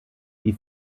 die